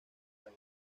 aire